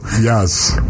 Yes